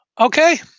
okay